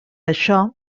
això